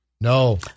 No